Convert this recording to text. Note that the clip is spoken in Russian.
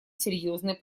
серьезной